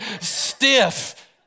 stiff